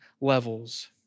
levels